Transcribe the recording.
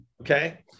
Okay